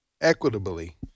equitably